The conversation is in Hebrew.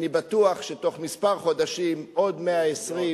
אני בטוח שתוך כמה חודשים, מאוד, נכון.